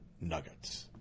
nuggets